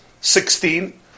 sixteen